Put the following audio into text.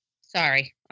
Sorry